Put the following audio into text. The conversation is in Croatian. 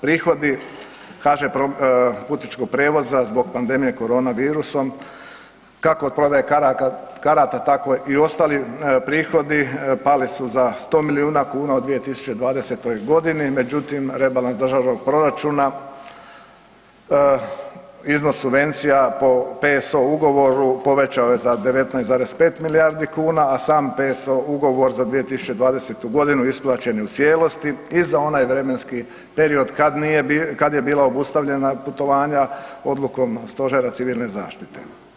Prihodi HŽ Putničkog prijevoza zbog pandemije koronavirusom, kako od prodaje karata, tako i ostali prihodi, pali su za 100 milijuna kuna u 2020. g., međutim, rebalans državnog proračuna iznos subvencija po PSO ugovoru, povećao je za 19,5 milijardi kuna, a sam PSO ugovor za 2020. g. isplaćen je u cijelosti i za onaj vremenski period kad nije bilo, kad je bila obustavljena putovanja odlukom Stožera civilne zaštite.